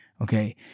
Okay